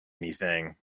anything